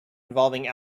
involving